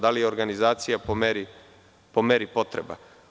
Da li je organizacija po meri potreba.